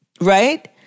right